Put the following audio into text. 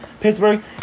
Pittsburgh